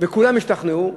וכולם השתכנעו,